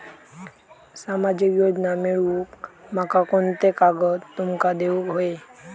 सामाजिक योजना मिलवूक माका कोनते कागद तुमका देऊक व्हये?